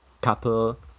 couple